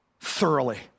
thoroughly